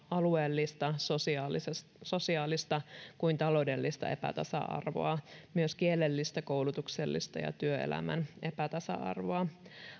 alueellista sosiaalista kuin taloudellista epätasa arvoa kuten myös kielellistä koulutuksellisista ja työelämän epätasa arvoa